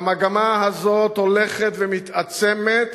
והמגמה הזאת הולכת ומתעצמת,